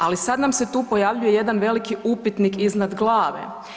Ali, sad nam se tu pojavljuje jedan veliki upitnik iznad glave.